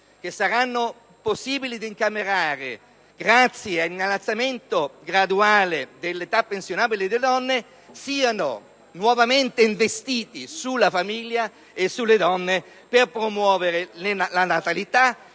che i risparmi incamerati grazie all'innalzamento graduale dell'età pensionabile delle donne venissero nuovamente investiti sulla famiglia e sulle donne per promuovere la natalità